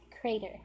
crater